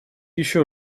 еще